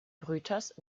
brüters